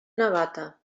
navata